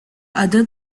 other